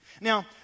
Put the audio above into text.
Now